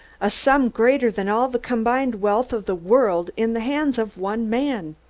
a sum greater than all the combined wealth of the world in the hands of one man!